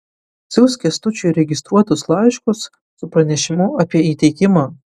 siųsk kęstučiui registruotus laiškus su pranešimu apie įteikimą